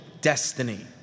destiny